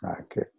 Okay